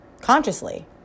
consciously